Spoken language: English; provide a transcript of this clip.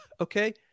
Okay